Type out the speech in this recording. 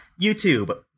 youtube